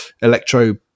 electro